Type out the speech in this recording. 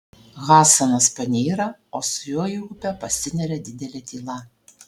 hasanas panyra o su juo į upę pasineria didelė tyla